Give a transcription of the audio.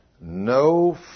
no